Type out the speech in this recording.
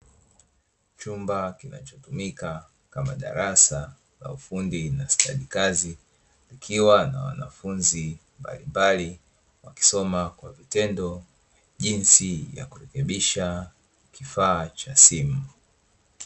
Chumba kinachotumika kama darasa la ufundi na stadi kazi, likiwa na wanafunzi mbalimbali wakisoma kwa vitendo jinsi ya kurekebisha kifaa cha simu.